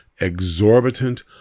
exorbitant